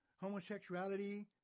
homosexuality